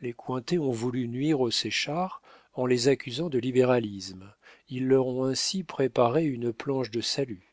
les cointet ont voulu nuire aux séchard en les accusant de libéralisme ils leur ont ainsi préparé une planche de salut